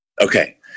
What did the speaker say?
okay